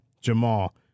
Jamal